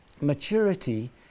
maturity